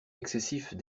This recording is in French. excessifs